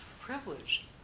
privilege